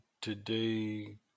today